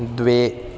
द्वे